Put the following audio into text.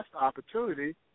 opportunity